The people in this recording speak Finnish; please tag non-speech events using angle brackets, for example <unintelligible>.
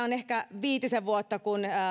<unintelligible> on ehkä viitisen vuotta kun